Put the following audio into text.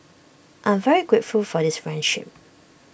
I'm very grateful for this friendship